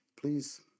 Please